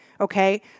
Okay